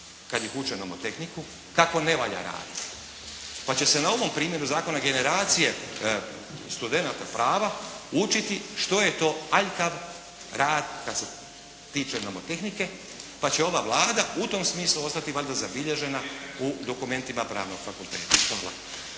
kada ih uče nomotehniku kako ne valja raditi. Pa će se na ovom primjeru zakona generacije studenata prava učiti što je to haljkav rad što se tiče nomotehnike, pa će ova Vlada u tom smislu ostati valjda zabilježena u dokumentima pravnog fakulteta.